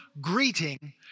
greeting